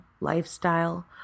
lifestyle